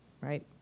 right